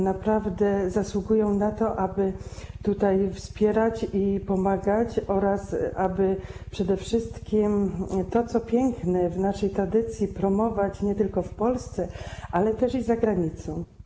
Naprawdę zasługują na to, aby je wspierać i im pomagać, aby przede wszystkim to, co piękne w naszej tradycji, promować nie tylko w Polsce, ale też za granicą.